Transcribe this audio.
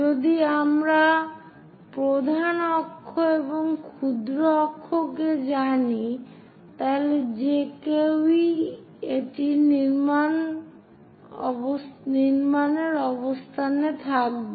যদি আমরা প্রধান অক্ষ এবং ক্ষুদ্র অক্ষকে জানি তাহলে যে কেউ ই এটি নির্মাণের অবস্থানে থাকবে